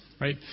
right